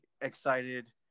excited